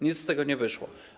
Nic z tego nie wyszło.